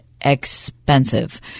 Expensive